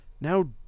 now